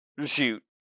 shoot